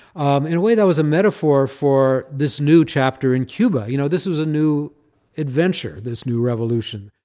um in a way, that was a metaphor for this new chapter in cuba. you know, this was a new adventure, this new revolution